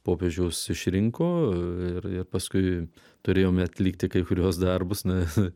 popiežius išrinko ir ir paskui turėjome atlikti kai kuriuos darbus na